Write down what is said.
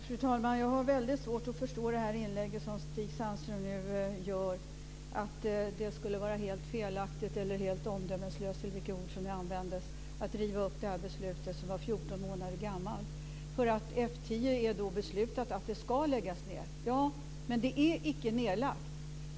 Fru talman! Jag har väldigt svårt att förstå det inlägg som Stig Sandström nu gjorde, att det skulle vara helt felaktigt, eller helt omdömeslöst - vilket ord som nu användes - att riva upp det beslut som är 14 månader gammalt. Det är beslutat att F 10 ska läggas ned. Ja, men den är icke nedlagd.